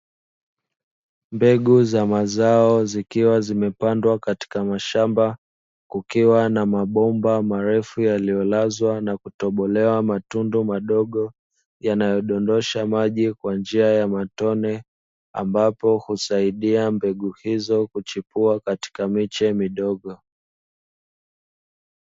Mbegu za mazao zikiwa zimepandwa katika mashamba, kukiwa na mabomba marefu yaliyolazwa na kutobolewa matundu madogo, yanayodondosha maji kwa njia ya matone ambapo husaidia mbegu hizo kuchipua, katika miche midogo.